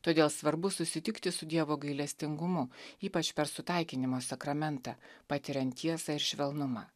todėl svarbu susitikti su dievo gailestingumu ypač per sutaikinimo sakramentą patiriant tiesą ir švelnumą